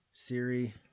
siri